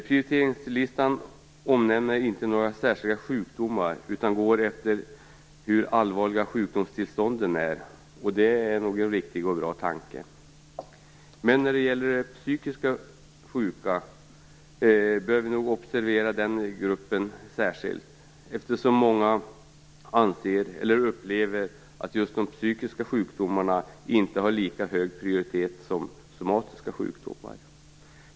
Prioriteringslistan omnämner inte några särskilda sjukdomar utan går efter hur allvarliga sjukdomstillstånden är, och det är nog en riktig och bra tanke. Vi bör nog observera gruppen de psykiskt sjuka särskilt eftersom många anser eller upplever att just de psykiska sjukdomarna inte har lika hög prioritet som somatiska sjukdomar.